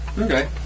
Okay